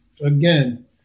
again